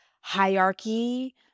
hierarchy